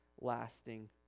lasting